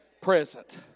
present